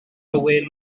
hywyn